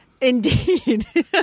Indeed